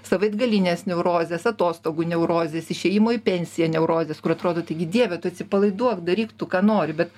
savaitgalines neurozes atostogų neurozes išėjimo į pensiją neurozes kur atrodo taigi dieve tu atsipalaiduok daryk tu ką nori bet